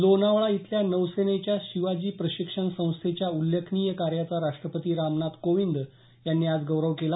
लोणावळा इथल्या नौसेनेच्या शिवाजी प्रशिक्षण संस्थेच्या उल्लेखनीय कार्याचा राष्ट्रपती रामनाथ कोविंद यांनी आज गौरव केला